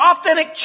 authentic